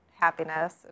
happiness